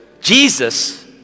Jesus